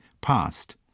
past